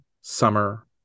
summer